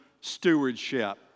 stewardship